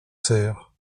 serres